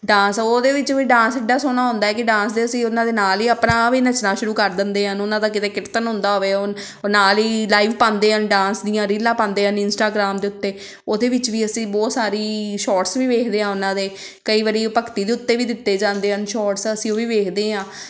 dance ਉਹਦੇ ਵਿੱਚ ਵੀ ਡਾਂਸ ਇੱਡਾ ਸੋਹਣਾ ਹੁੰਦਾ ਕਿ ਡਾਂਸ 'ਤੇ ਅਸੀਂ ਉਹਨਾਂ ਦੇ ਨਾਲ ਹੀ ਆਪਣਾ ਆਹ ਵੀ ਨੱਚਣਾ ਸ਼ੁਰੂ ਕਰ ਦਿੰਦੇ ਹਾਂ ਉਹਨਾਂ ਦਾ ਕਿਤੇ ਕੀਰਤਨ ਹੁੰਦਾ ਹੋਵੇ ਉ ਨਾਲ ਹੀ ਲਾਈਵ ਪਾਉਂਦੇ ਹਨ ਡਾਂਸ ਦੀਆਂ ਰੀਲਾਂ ਪਾਉਂਦੇ ਹਨ ਇੰਸਟਾਗਰਾਮ ਦੇ ਉੱਤੇ ਉਹਦੇ ਵਿੱਚ ਵੀ ਅਸੀਂ ਬਹੁਤ ਸਾਰੀ ਸ਼ੋਰਟਸ ਵੀ ਵੇਖਦੇ ਹਾਂ ਉਹਨਾਂ ਦੇ ਕਈ ਵਾਰੀ ਭਗਤੀ ਦੇ ਉੱਤੇ ਵੀ ਦਿੱਤੇ ਜਾਂਦੇ ਹਨ ਸ਼ੋਰਟਸ ਅਸੀਂ ਉਹ ਵੀ ਵੇਖਦੇ ਹਾਂ